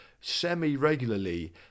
Semi-regularly